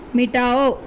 مٹاؤ